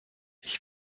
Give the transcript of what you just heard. ich